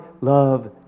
love